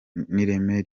n’ireme